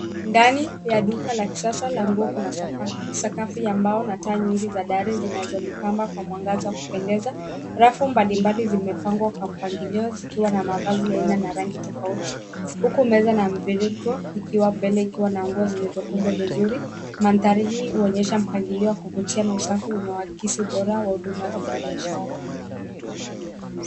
Ndani ya duka la kisasa la nguo kuna sakafu ya mbao na taa nyingi za dari zinazolipamba mwa mwangaza wa kupendeza. Rafu zimepangwa kwa mpangilio zikiwa na mavazi ya aina na rangi tofauti huku meza ya mviringo ikiwa mbele ikiwa na nguo zilizokunjwa vizuri. Mandhari hii huonyesha mpangilio wa kuvutia na usafi unaoakisi ubora wa huduma za kibiashara.